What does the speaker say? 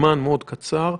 קצר.